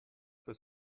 für